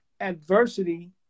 adversity